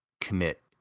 commit